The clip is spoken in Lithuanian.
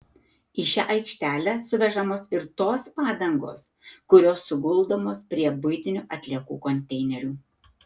į šią aikštelę suvežamos ir tos padangos kurios suguldomos prie buitinių atliekų konteinerių